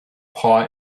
paw